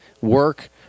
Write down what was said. work